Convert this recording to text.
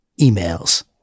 emails